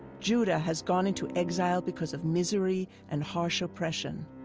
judah has gone into exile, because of misery and harsh oppression.